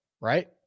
right